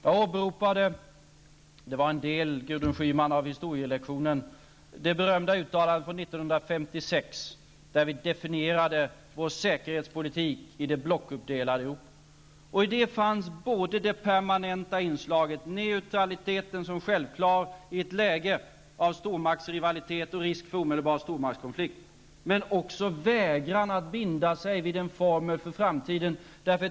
Jag åberopade -- det var, Gudrun Schyman, en del av historielektionen -- det berömda uttalandet från år 1956 där vi definierade vår säkerhetspolitik i det blockuppdelade Europa. I det fanns inte bara det permanenta inslaget, neutraliteten, som var självklar i ett läge av stormaktsrivalitet och risk för omedelbar stormaktskonflikt, utan också vägran att binda sig för en formel för all framtid.